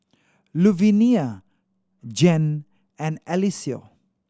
Luvinia Jan and Eliseo